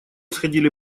сходили